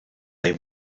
they